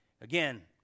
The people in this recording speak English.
again